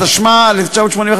התשמ"א 1981,